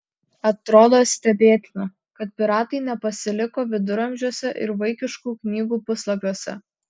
atrodo stebėtina kad piratai nepasiliko viduramžiuose ir vaikiškų knygų puslapiuose